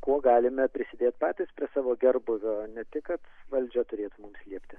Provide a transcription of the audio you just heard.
kuo galime prisidėt patys prie savo gerbūvio ne tik kad valdžia turėtų mums liepti